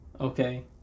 Okay